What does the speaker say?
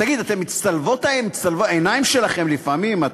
תגיד, העיניים שלכם לפעמים מצטלבות?